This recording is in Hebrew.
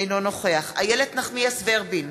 אינו נוכח איילת נחמיאס ורבין,